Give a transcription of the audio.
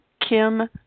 Kim